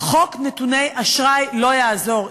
חוק נתוני אשראי לא יעזור.